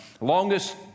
longest